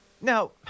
Now